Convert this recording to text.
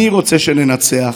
אני רוצה שננצח,